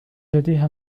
لديها